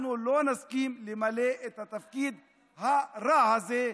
אנחנו לא נסכים למלא את התפקיד הרע הזה,